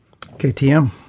KTM